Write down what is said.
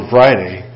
Friday